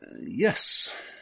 Yes